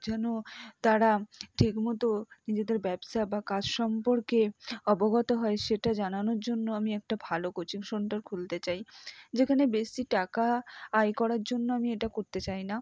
যেন তারা ঠিক মতো নিজেদের ব্যবসা বা কাজ সম্পর্কে অবগত হয় সেটা জানানোর জন্য আমি একটা ভালো কোচিং সোন্টার খুলতে চাই যেখানে বেশি টাকা আয় করার জন্য আমি এটা করতে চাই না